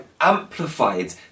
amplified